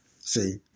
See